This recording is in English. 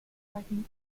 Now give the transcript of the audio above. fighting